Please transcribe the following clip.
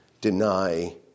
deny